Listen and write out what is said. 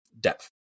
depth